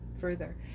further